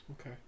Okay